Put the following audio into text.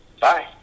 Bye